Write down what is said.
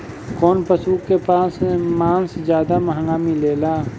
कौन पशु के मांस ज्यादा महंगा मिलेला?